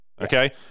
Okay